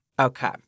Okay